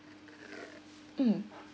mm